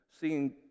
seeing